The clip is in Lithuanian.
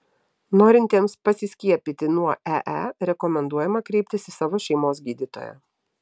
norintiesiems pasiskiepyti nuo ee rekomenduojama kreiptis į savo šeimos gydytoją